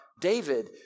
David